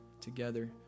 together